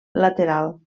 lateral